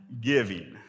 Giving